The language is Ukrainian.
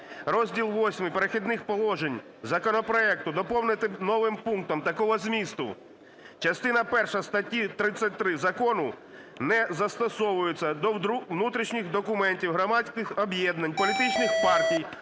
Розділ VIII "Перехідних положень" законопроекту доповнити новим пунктом такого змісту: "Частина перша статті 33 закону не застосовуються до внутрішніх документів громадських об’єднань, політичних партій